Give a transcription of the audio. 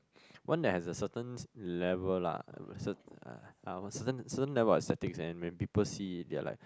one that has a certain level lah cert~ uh certain certain level of settings and when people see they are like